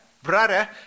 Brother